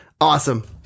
Awesome